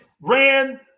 ran